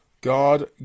god